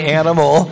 animal